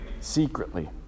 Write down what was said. secretly